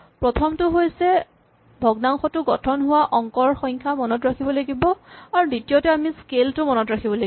প্ৰথমটো হৈছে আমি ভগ্নাংশটো গঠন হোৱা অংকৰ সংখ্যা মনত ৰাখিব লাগিব আৰু দ্বিতীয়তে আমি স্কেল টো মনত ৰাখিব লাগিব